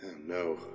No